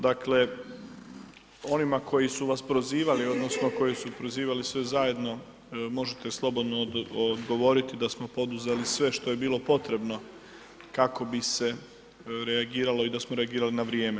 Dakle, onima koji su vas prozivali odnosno koji su prozivali sve zajedno možete slobodno odgovoriti da smo poduzeli sve što je bilo potrebno kako bi se reagiralo i da smo reagirali na vrijeme.